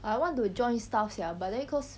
I want to join stuff sia but then cause